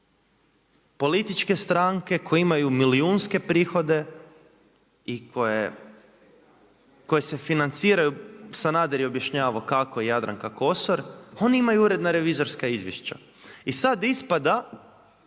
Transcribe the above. Političke stranke koje imaju milijunske prihode i koje se financiraju, Sanader je objašnjavao kako i Jadranka Kosor oni imaju uredna revizorska izvješća. I sada ispada